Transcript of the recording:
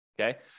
okay